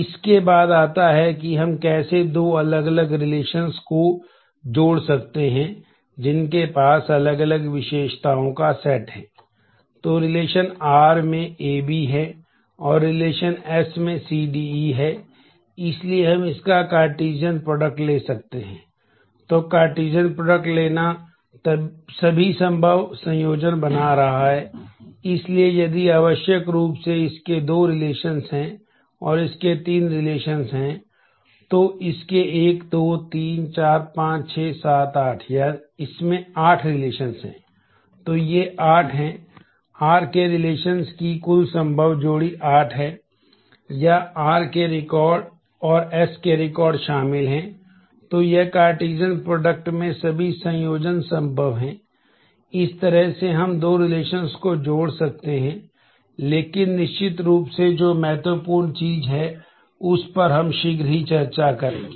इसके बाद आता है कि हम कैसे दो अलग अलग रिलेशंस को जोड़ सकते हैं लेकिन निश्चित रूप से जो महत्वपूर्ण चीज है उस पर हम शीघ्र ही चर्चा करेंगे